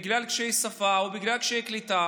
בגלל קשיי שפה או בגלל קשיי קליטה